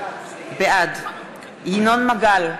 בעד ינון מגל,